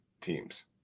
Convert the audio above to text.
teams